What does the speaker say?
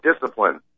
discipline